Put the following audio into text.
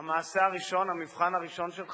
המעשה הראשון, המבחן הראשון שלך